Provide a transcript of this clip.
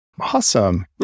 Awesome